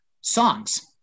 songs